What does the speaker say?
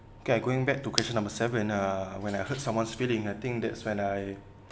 okay I going back to question number seven uh when I heard someone speaking I think that's when I